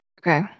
Okay